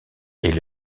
est